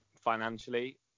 financially